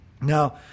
Now